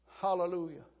Hallelujah